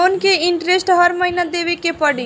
Loan के interest हर महीना देवे के पड़ी?